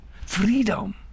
Freedom